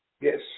yes